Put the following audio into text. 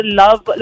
love